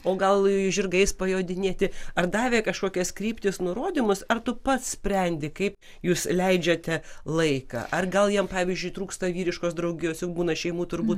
o gal žirgais pajodinėti ar davė kažkokias kryptis nurodymus ar tu pats sprendi kaip jūs leidžiate laiką ar gal jiem pavyzdžiui trūksta vyriškos draugijos būna šeimų turbūt